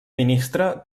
ministre